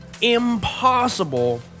impossible